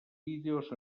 vídeos